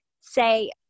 say